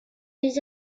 les